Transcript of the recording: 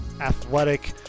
athletic